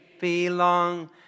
belong